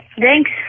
thanks